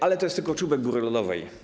Ale to jest tylko czubek góry lodowej.